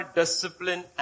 discipline